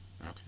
Okay